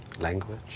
language